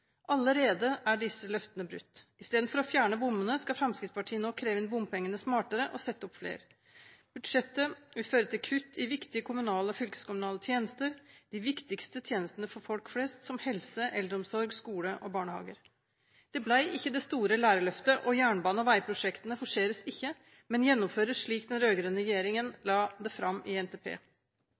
Allerede er disse løftene brutt. I stedet for å fjerne bommene skal Fremskrittspartiet nå kreve inn bompengene smartere og sette opp flere. Budsjettet vil føre til kutt i viktige kommunale og fylkeskommunale tjenester, de viktigste tjenestene for folk flest, som helse, eldreomsorg, skole og barnehager. Det ble ikke det store lærerløftet, og jernbane- og veiprosjektene forseres ikke, men gjennomføres slik den rød-grønne regjeringen la det fram i NTP.